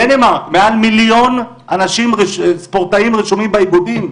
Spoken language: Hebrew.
דנמרק מעל מיליון ספורטאים רשומים באיגודים.